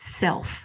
self